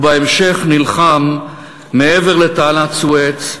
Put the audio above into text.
ובהמשך נלחם מעבר לתעלת סואץ,